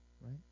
right